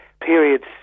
periods